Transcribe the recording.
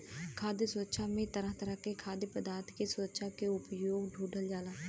खाद्य सुरक्षा में तरह तरह के खाद्य पदार्थ के सुरक्षा के उपाय ढूढ़ल जाला